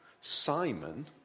Simon